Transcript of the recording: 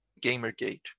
Gamergate